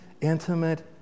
intimate